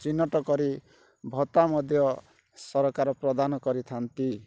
ଚିହ୍ନଟ କରି ଭତ୍ତା ମଧ୍ୟ ସରକାର ପ୍ରଦାନ କରିଥାଆନ୍ତି